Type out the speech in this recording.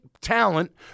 talent